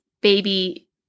baby